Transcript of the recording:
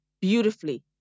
beautifully